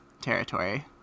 territory